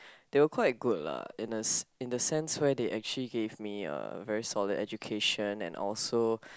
they are quite good lah in a in the sense where they actually gave me a very solid education and also